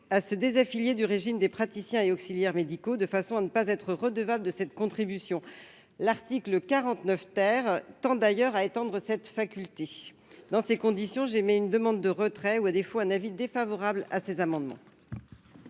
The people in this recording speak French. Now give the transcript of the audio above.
à se désaffilier du régime des praticiens et auxiliaires médicaux, de façon à ne pas être redevables de cette contribution. L'article 49 tend d'ailleurs à étendre cette faculté. Dans ces conditions, je demande le retrait de ces amendements